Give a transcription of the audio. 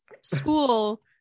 school